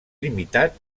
limitat